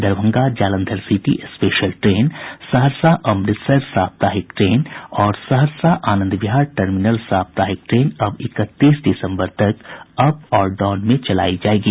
Darbhanga Jalandhar city special train Saharsa Amritsar साप्ताहिक train और Saharsa Anand Vihar terminal साप्ताहिक ट्रेन अब इकतीस दिसम्बर तक अप और डाउन में चलायी जायेगी